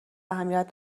اهمیت